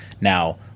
Now